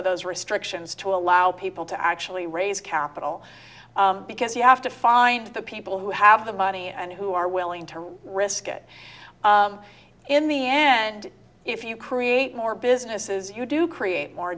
of those restrictions to allow people to actually raise capital because you have to find the people who have the money and who are willing to risk it in the end if you create more businesses you do create more